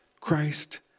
Christ